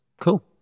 Cool